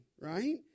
right